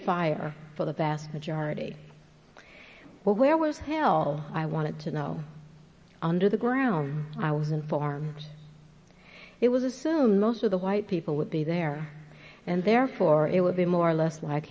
fire for the vast majority but where was hell i wanted to know under the ground i was informed it was assumed most of the white people would be there and therefore it would be more or less like